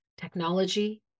technology